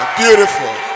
beautiful